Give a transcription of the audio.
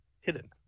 hidden